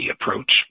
approach